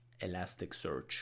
Elasticsearch